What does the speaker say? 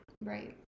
Right